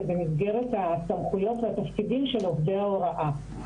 זה במסגרת הסמכויות והתפקידים של עובדי ההוראה.